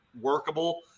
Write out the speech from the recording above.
workable